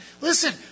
Listen